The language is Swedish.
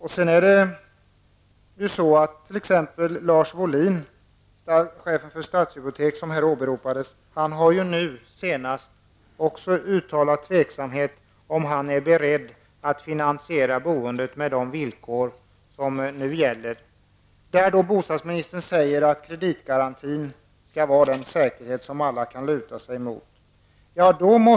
Chefen för Stadshypotek, Lars Wohlin, har här åberopats. Han har också uttalat sin tveksamhet inför möjligheten att finansiera boendet med de villkor som nu gäller, att -- som bostadsministern sade -- kreditgarantin skall utgöra den säkerhet som alla kan luta sig mot.